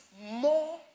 more